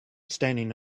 standing